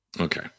Okay